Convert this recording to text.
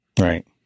Right